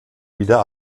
wieder